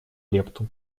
лепту